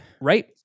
right